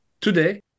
today